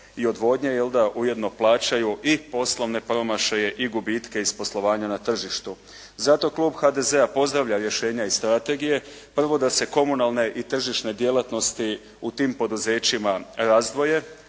i odvodnje jelda, ujedno plaćaju i poslovne promašaje i gubitke iz poslovanja na tržištu. Zato klub HDZ-a pozdravlja rješenja iz strategije. Prvo, da se komunalne i tržišne djelatnosti u tim poduzećima razdvoje,